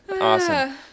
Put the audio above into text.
Awesome